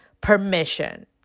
permission